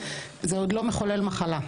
זה עוד לא מחולל מחלה,